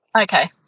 Okay